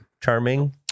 Charming